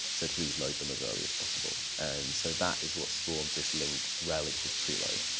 so please load them as early as possible. and so that is what spawned this link rel equals preload,